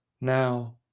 Now